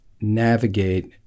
navigate